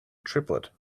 triplet